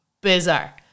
bizarre